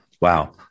Wow